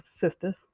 sisters